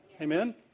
Amen